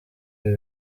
ibi